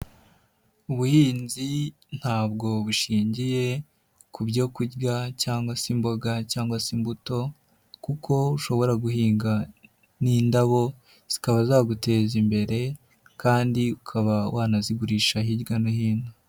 Ubuhinzi ntabwo bushingiye ku byo kurya cyangwa se imboga cyangwa se imbuto kuko ushobora guhinga n'indabo, zikaba zaguteza imbere kandi ukaba wanazigurisha hirya no hino.